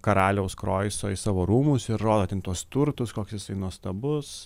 karaliaus kroiso į savo rūmus ir rodo ten tuos turtus koks jisai nuostabus